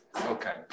Okay